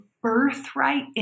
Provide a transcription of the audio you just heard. birthright